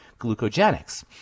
glucogenics